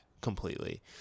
completely